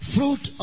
Fruit